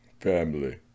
Family